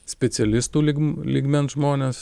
specialistų lygm lygmens žmones